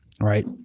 right